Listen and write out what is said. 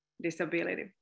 disability